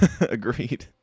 agreed